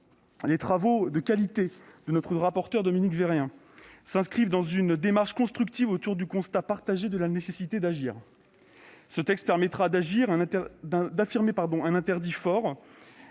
Les travaux de qualité de notre rapporteure Dominique Vérien s'inscrivent dans une démarche constructive autour du constat partagé de la nécessité d'agir. Ce texte permettra d'affirmer un interdit fort